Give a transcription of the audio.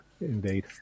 indeed